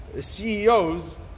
CEOs